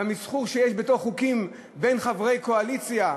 במסחור שיש בחוקים בין חברי קואליציה,